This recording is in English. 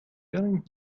feeling